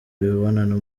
imibonano